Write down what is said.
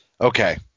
Okay